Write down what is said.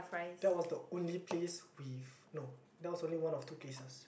that was the only place with no that was only one of two places